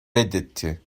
reddetti